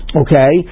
okay